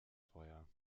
feuer